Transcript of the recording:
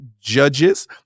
Judges